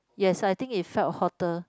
yes I think it felt hotter